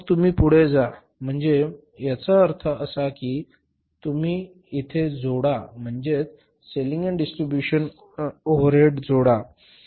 मग तुम्ही पुढे जा म्हणजे मग याचा अर्थ असा की तुम्ही पुढे जा आणि येथे जोडा म्हणजेच सेलिंग आणि डिस्ट्रीब्यूशन ओव्हरहेड जोडा बरोबर